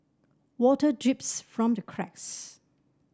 water drips from the cracks